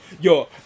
Yo